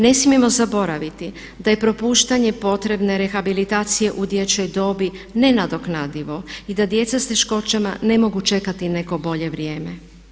Ne smijemo zaboraviti da je propuštanje potrebne rehabilitacije u dječjoj dobi nenadoknadivo i da djeca s teškoćama ne mogu čekati neko bolje vrijeme.